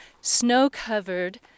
snow-covered